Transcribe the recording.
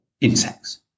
insects